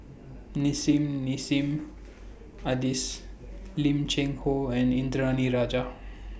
Nissim Nassim Adis Lim Cheng Hoe and Indranee Rajah